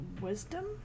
Wisdom